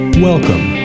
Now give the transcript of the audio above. Welcome